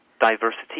diversity